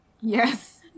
Yes